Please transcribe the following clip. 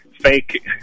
fake